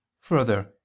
further